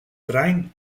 trein